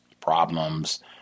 problems